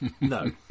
No